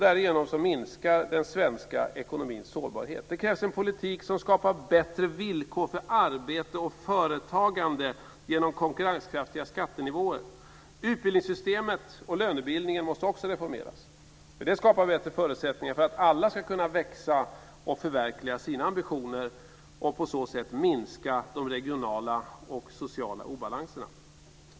Därigenom minskar den svenska ekonomins sårbarhet. Det krävs en politik som skapar bättre villkor för arbete och företagande genom konkurrenskraftiga skattenivåer. Utbildningssystemet och lönebildningen måste också reformeras. Det skapar bättre förutsättningar för att alla ska kunna växa och förverkliga sina ambitioner och på så sätt minska de regionala och sociala obalanserna.